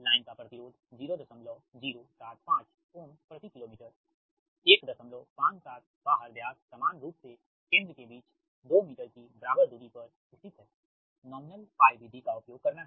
line का प्रतिरोध 0075 ohm प्रति किलो मीटर157 बाहर व्यास सामान रूप से केंद्र के बीच 2 मीटर की बराबर दूरी पर स्थित है नॉमिनल विधि का उपयोग करना है